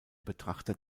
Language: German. betrachter